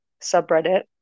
subreddit